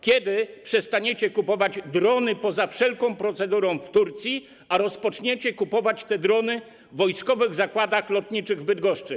Kiedy przestaniecie kupować drony poza wszelką procedurą w Turcji, a rozpoczniecie kupować je w Wojskowych Zakładach Lotniczych w Bydgoszczy?